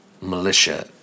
militia